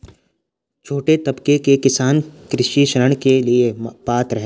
छोटे तबके के किसान कृषि ऋण के लिए पात्र हैं?